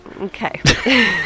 Okay